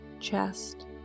chest